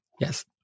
Yes